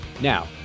Now